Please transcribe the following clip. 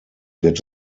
wird